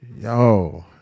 Yo